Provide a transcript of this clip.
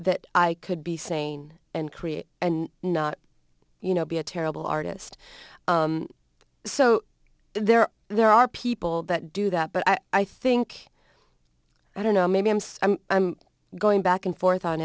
that i could be sane and create and not you know be a terrible artist so there there are people that do that but i think i don't know maybe i'm going back and forth on